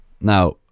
Now